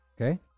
okay